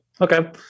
Okay